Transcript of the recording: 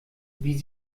wie